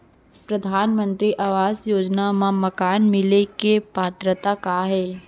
परधानमंतरी आवास योजना मा मकान मिले के पात्रता का हे?